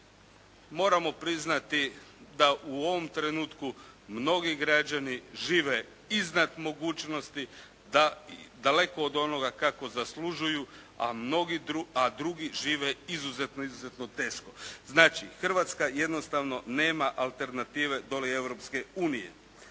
moramo priznati da u ovom trenutku mnogi građani žive iznad mogućnosti daleko od onoga kako zaslužuju, a drugi žive izuzetno izuzetno teško. Znači Hrvatska jednostavno nema alternative do li